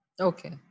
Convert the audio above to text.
Okay